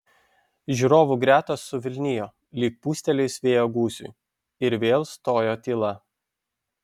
žiūrovų gretos suvilnijo lyg pūstelėjus vėjo gūsiui ir vėl stojo tyla